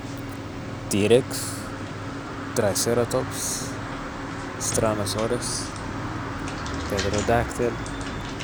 تيركس ، تراي سيراتوبس ، استرانوسورس ، بيتروداكتل